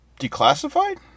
Declassified